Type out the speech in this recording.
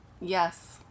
Yes